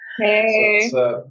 Hey